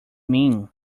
mean